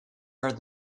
heard